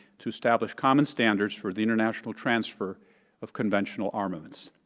to establish common standards for the international transfer of conventional armaments,